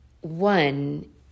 one